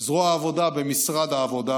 זרוע העבודה במשרד העבודה,